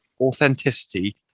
authenticity